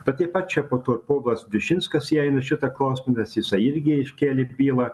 bet taip pat čia po to povilas jašinskas įeina į šitą klausimą nes jisai irgi iškėlė bylą